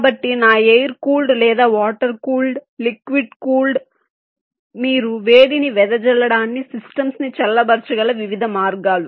కాబట్టి నా air cooled లేదా వాటర్ కూల్డ్ లిక్విడ్ కూల్డ్ మీరు వేడిని వెదజల్లడానికి సిస్టమ్స్ ని చల్లబరచగల వివిధ మార్గాలు